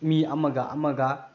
ꯃꯤ ꯑꯃꯒ ꯑꯃꯒ